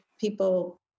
people